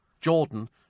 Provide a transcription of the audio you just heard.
Jordan